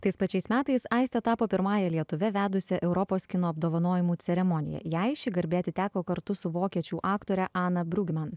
tais pačiais metais aistė tapo pirmąja lietuve vedusia europos kino apdovanojimų ceremoniją jai ši garbė atiteko kartu su vokiečių aktore ana brugman